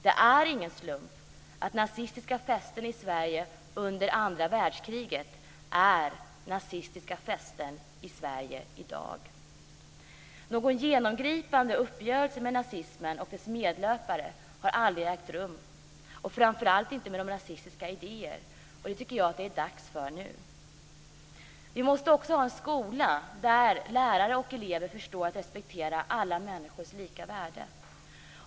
Det är ingen slump att nazistiska fästen i Sverige under andra världskriget är nazistiska fästen i Sverige i dag. Någon genomgripande uppgörelse med nazismen och dess medlöpare har aldrig ägt rum, framför allt inte med de rasistiska idéerna. Jag tycker att det är dags för det nu. Vi måste också ha en skola där lärare och elever förstår att respektera alla människors lika värde.